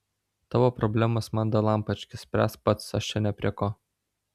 tavo problemos man dalampački spręsk pats aš čia ne prie ko